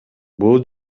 бул